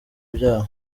byabo